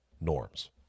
norms